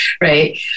right